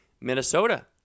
Minnesota